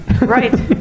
Right